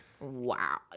Wow